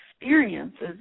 experiences